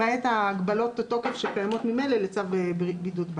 למעט הגבלות התוקף שקיימות ממילא לצו בידוד בית.